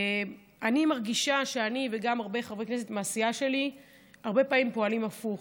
אני מרגישה שאני וגם הרבה חברי כנסת מהסיעה שלי הרבה פעמים פועלים הפוך.